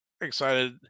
excited